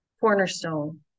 cornerstone